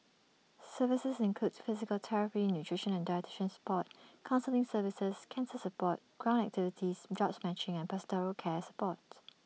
services include physical therapy nutrition and dietitian support counselling services cancer support ground activities jobs matching and pastoral care support